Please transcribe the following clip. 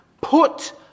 Put